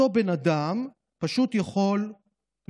אותו בן אדם פשוט יכול לבקש.